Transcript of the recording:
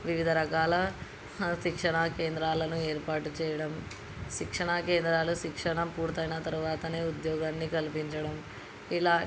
వివిధ రకాల శిక్షణా కేంద్రాలను ఏర్పాటు చేయడం శిక్షణా కేంద్రాలు శిక్షణ పూర్తి అయిన తరువాత ఉద్యోగాన్ని కల్పించడం ఇలా